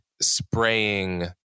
spraying